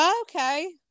okay